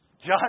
John